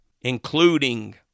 including